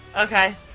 Okay